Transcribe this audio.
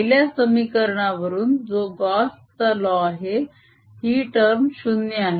पहिल्या समीकरणावरून जो गॉस लो आहे ही टर्म 0 आहे